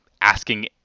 asking